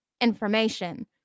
information